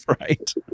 right